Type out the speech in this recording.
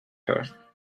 her